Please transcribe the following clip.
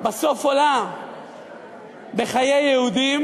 בסוף עולה בחיי יהודים,